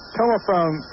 telephone